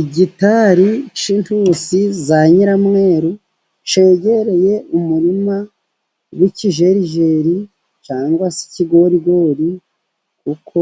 Igitari cy'intusi za nyiramweru cyegereye umurima w'ikijerijeri cyangwa se ikigorigori kuko